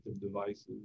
devices